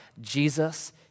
Jesus